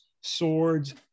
swords